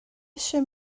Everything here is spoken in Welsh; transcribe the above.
eisiau